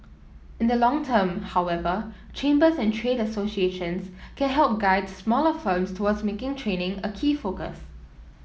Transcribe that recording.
in the long term however chambers and trade associations can help guide smaller firms towards making training a key focus